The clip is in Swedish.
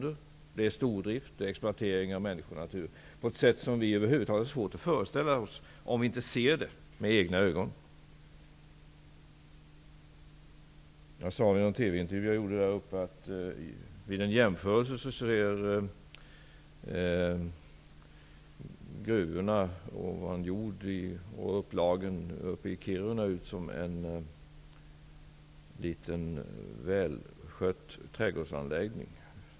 Man har stordrift och exploaterar människor och natur på ett sätt som vi över huvud taget har svårt att föreställa oss om vi inte ser det med egna ögon. Jag sade vid en TV-intervju att gruvorna och upplagen uppe i Kiruna vid en jämförelse ser ut som en liten välskött trädgårdsanläggning.